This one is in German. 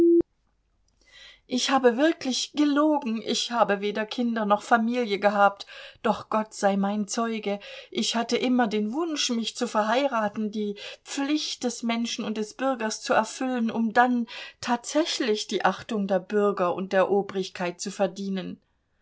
ich habe wirklich gelogen ich habe weder kinder noch familie gehabt doch gott sei mein zeuge ich hatte immer den wunsch mich zu verheiraten die pflicht des menschen und des bürgers zu erfüllen um dann tatsächlich die achtung der bürger und der obrigkeit zu verdienen